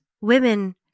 women